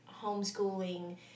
homeschooling